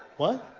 what?